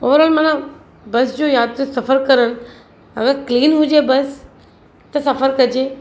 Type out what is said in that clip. over all माना bus जो यात्रा सफ़रु करणु अगरि क्लीन हुजे बस त सफ़रु कजे